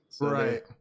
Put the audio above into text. right